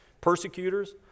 persecutors